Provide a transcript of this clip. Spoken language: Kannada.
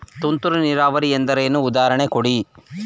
ತುಂತುರು ನೀರಾವರಿ ಎಂದರೇನು, ಉದಾಹರಣೆ ಕೊಡಿ?